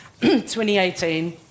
2018